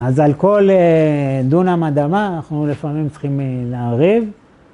אז על כל דונם אדמה אנחנו לפעמים צריכים להרים.